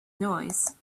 noise